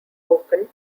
open